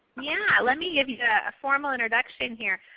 yeah, let me give you yeah a formal introduction here.